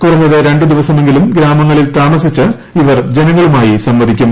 കുറഞ്ഞത് രണ്ടു ദിവസമെങ്കിലും ഗ്രാമങ്ങളിൽ താമസിച്ച് ഇവർ ജനങ്ങളുമായി സംവദിക്കും